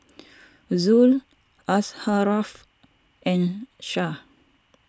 Zul Asharaff and Syah